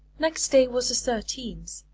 next day was the thirteenth,